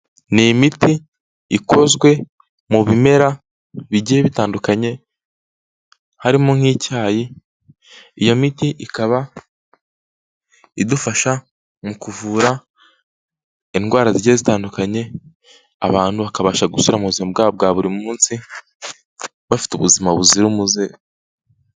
Ni imiti ikozwe mu bimera bigiye bitandukanye, harimo nk'icyayi, iyo miti ikaba idufasha mu kuvura indwara zigiye zitandukanye, abantu bakabasha gusubira mu buzima bwabo bwa buri munsi, bafite ubuzima buzira umuze.